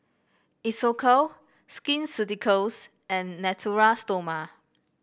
Isocal Skin Ceuticals and Natura Stoma